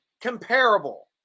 comparable